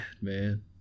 man